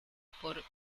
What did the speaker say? por